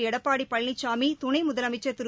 எடப்பாடி பழனிசாமி துணை முதலனமக்கள் திரு